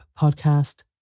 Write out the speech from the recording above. Podcast